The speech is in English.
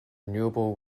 renewable